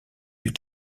plus